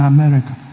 America